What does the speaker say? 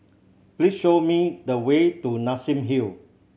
please show me the way to Nassim Hill